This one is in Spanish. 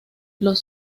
los